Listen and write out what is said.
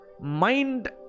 mind